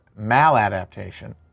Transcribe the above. maladaptation